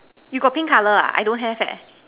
you got pink colour ah I don't have eh